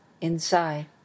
inside